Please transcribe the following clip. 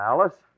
Alice